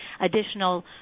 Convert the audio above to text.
additional